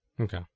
Okay